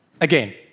again